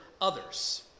others